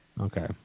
okay